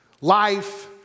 Life